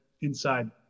inside